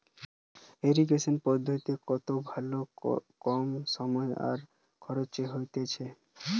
irrigation পদ্ধতি কত ভালো কম সময় আর খরচে হতিছে